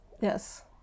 Yes